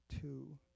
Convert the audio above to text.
two